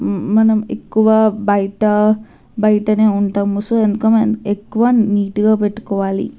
మనం ఎక్కువ బయట బయటనే ఉంటాము సో ఇంకా మనం ఎక్కువ నీటుగా పెట్టుకోవాలి